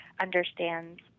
understands